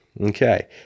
Okay